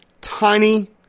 tiny